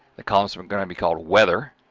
the columns were going to be called weather,